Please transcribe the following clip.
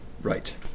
Right